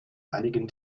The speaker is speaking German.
einigen